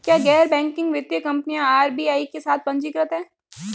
क्या गैर बैंकिंग वित्तीय कंपनियां आर.बी.आई के साथ पंजीकृत हैं?